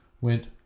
went